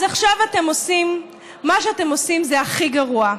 אז עכשיו אתם עושים, מה שאתם עושים זה הכי גרוע,